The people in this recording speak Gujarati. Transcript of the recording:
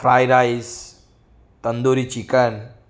fried rice tandoori chicken